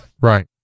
Right